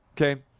Okay